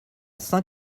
saint